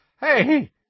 Hey